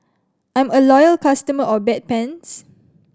I'm a loyal customer of Bedpans